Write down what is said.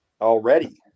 Already